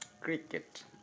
Cricket